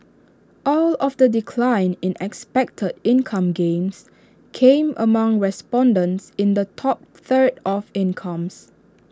all of the decline in expected income gains came among respondents in the top third of incomes